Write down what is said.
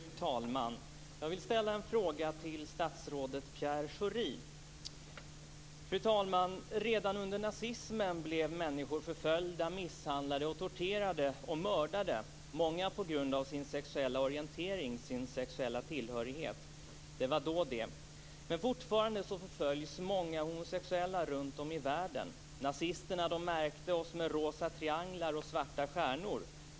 Fru talman! Jag vill ställa en fråga till statsrådet Fru talman! Redan under nazismen blev människor förföljda, misshandlade, torterade och mördade - många på grund av sin sexuella orientering, sin sexuella tillhörighet. Det var då det. Men fortfarande förföljs många homosexuella runt om i världen. Nazisterna märkte oss med rosa trianglar och svarta stjärnor.